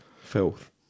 Filth